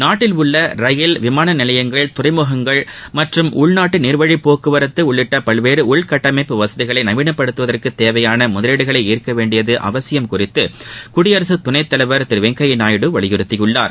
நாட்டில் உள்ள ரயில் விமானம் துறைமுகங்கள் மற்றும் உள்நாட்டு நீர்வழி போக்குவரத்து உள்ளிட்ட பல்வேறு உள்கட்டமைப்பு வசதிகளை நவீனப்படுத்துவதற்கு தேவையான முதவீடுகளை ஈர்க்கவேண்டிய அவசியம் குறித்து குடியரகத் துணை தலைவர் திரு வெங்கைப்யா நாயுடு வலியுறுத்தியுள்ளார்